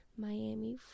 Miami